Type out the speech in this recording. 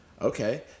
Okay